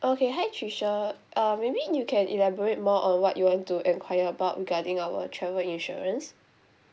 okay hi tricia uh maybe you can elaborate more on what you want to enquire about regarding our travel insurance